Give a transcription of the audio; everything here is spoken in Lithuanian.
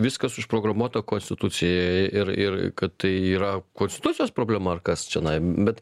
viskas užprogramuota konstitucijoje ir ir kad tai yra konstitucijos problema ar kas čionai bet